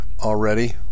already